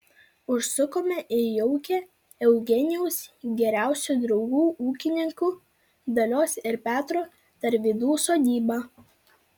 užsukome į jaukią eugenijaus geriausių draugų ūkininkų dalios ir petro tarvydų sodybą